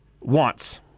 wants